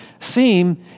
seem